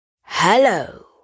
Hello